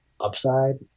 upside